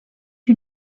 you